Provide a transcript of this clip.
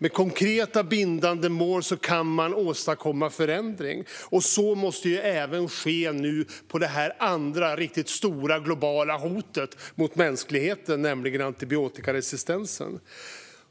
Med konkreta, bindande mål kan man åstadkomma förändring, och så måste nu även ske när det gäller det andra riktigt stora globala hotet mot mänskligheten, nämligen antibiotikaresistensen.